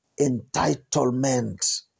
Entitlement